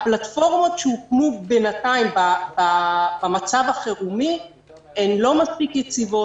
הפלטפורמות שהוקמו בינתיים במצב החירומי הן לא מספיק יציבות,